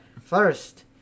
First